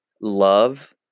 Love